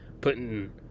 putting